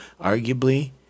arguably